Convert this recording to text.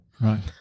right